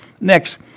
Next